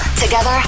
Together